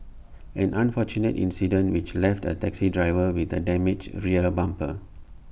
an unfortunate incident which left A taxi driver with A damaged rear bumper